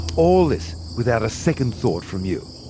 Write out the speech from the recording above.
all this, without a second thought from you.